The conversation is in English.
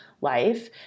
life